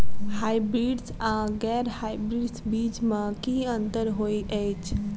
Hybrids आ गैर hybrids बीज म की अंतर होइ अछि?